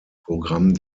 programm